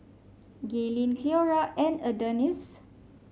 Gaylene Cleora and Adonis